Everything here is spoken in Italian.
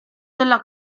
della